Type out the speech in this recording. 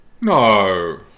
No